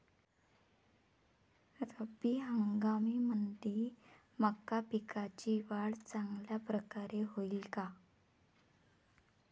रब्बी हंगामामंदी मका पिकाची वाढ चांगल्या परकारे होईन का?